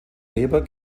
leber